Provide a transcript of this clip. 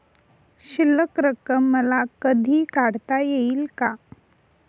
शिल्लक रक्कम मला कधी काढता येईल का?